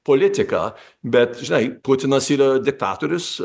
politiką bet žinai putinas yra diktatorius